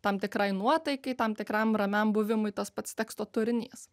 tam tikrai nuotaikai tam tikram ramiam buvimui tas pats teksto turinys